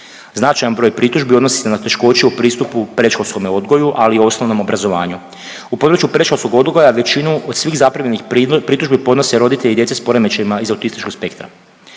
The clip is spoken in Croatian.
Značajan broj pritužbi odnosi se na teškoće u pristupu predškolskome odgoju, ali i osnovnom obrazovanju. U području predškolskog odgoja, većinu od svih zaprimljenih pritužbi podnose roditelji djece s poremećajima iz autističkog spektra.